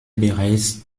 bereits